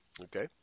Okay